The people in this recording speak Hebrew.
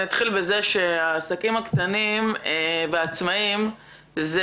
אני אתחיל בזה שהעסקים הקטנים והעצמאים זה